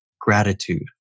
gratitude